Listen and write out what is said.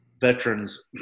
veterans –